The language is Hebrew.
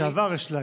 לשעבר, יש להגיד,